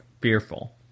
fearful